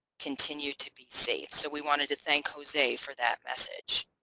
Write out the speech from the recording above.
continue to be safe. so we wanted to thank jose for that message.